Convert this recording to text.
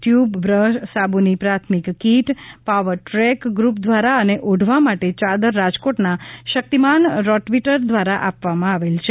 tube brush સાબુની પ્રાથમિક kit Powertrac group દવારા અને ઓઢવા માટે ચાદર રાજકોટના શક્તિમાન રોટવીટર દ્વારા આપવામાં આવેલ છે